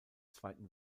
zweiten